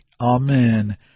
Amen